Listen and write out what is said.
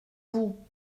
vous